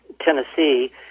Tennessee